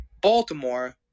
Baltimore